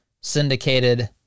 syndicated